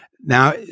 Now